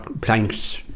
planks